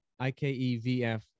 IKEVF